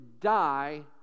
die